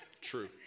True